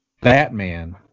Batman